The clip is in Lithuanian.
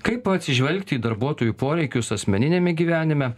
kaip atsižvelgti į darbuotojų poreikius asmeniniame gyvenime